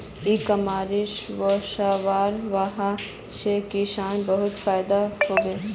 इ कॉमर्स वस्वार वजह से किसानक बहुत फायदा हबे